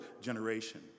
generation